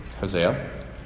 Hosea